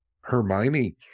Hermione